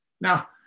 Now